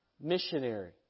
missionary